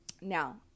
now